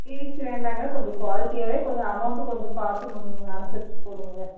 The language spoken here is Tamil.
பிவிசி வேண்டாங்க கொஞ்சம் குவால்ட்டியாகவே கொஞ்சம் அமௌன்ட் கொஞ்சம் பார்த்து முன் அனுசருச்சு போடுங்களேன்